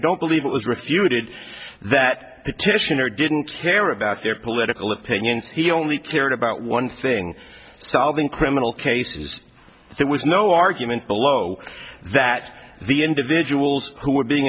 don't believe it was refuted that the tensioner didn't care about their political opinions he only cared about one thing solving criminal cases there was no argument below that the individuals who were being